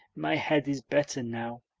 my head is better now.